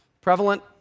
prevalent